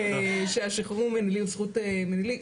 הוא זכות מינהלית.